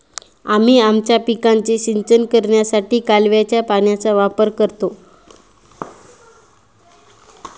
आम्ही आमच्या पिकांचे सिंचन करण्यासाठी कालव्याच्या पाण्याचा वापर करतो